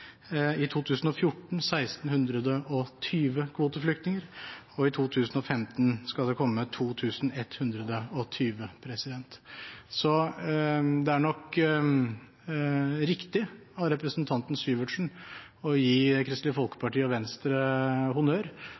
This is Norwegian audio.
I 2014 var det 1 620 kvoteflyktninger, og i 2015 skal det komme 2 120. Så det er nok riktig av representanten Sivertsen å gi Kristelig Folkeparti og Venstre honnør